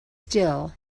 still